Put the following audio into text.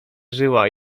żyła